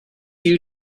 you